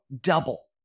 double